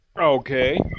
Okay